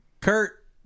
Kurt